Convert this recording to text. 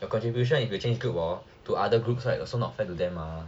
the contribution if you change group orh to other groups like also not fair to them mah